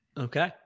Okay